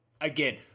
again